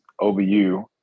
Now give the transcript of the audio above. OBU